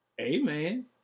Amen